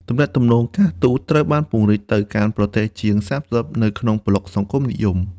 ទំនាក់ទំនងការទូតត្រូវបានពង្រីកទៅកាន់ប្រទេសជាង ៣០ នៅក្នុងប្លុកសង្គមនិយម។